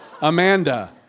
Amanda